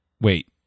Wait